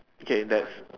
okay that's